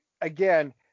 Again